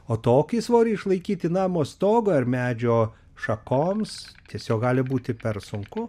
o tokį svorį išlaikyti namo stogui ar medžio šakoms tiesiog gali būti per sunku